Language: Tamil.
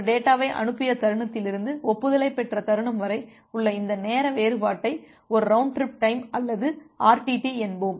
ஒரு டேட்டாவை அனுப்பிய தருணத்திலிருந்து ஒப்புதலைப் பெற்ற தருணம் வரை உள்ள இந்த நேர வேறுபாட்டை ஒரு ரவுண்ட் ட்ரிப் டைம் அல்லது ஆர்டிடி என்போம்